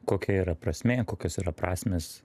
kokia yra prasmė kokios yra prasmės